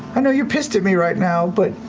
i know you're pissed at me right now, but